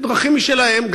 דרכים משלהם,